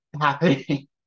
happening